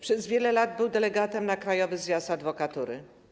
Przez wiele lat był delegatem na Krajowy Zjazd Adwokatury.